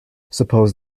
suppose